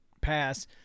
pass